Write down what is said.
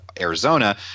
Arizona